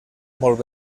molt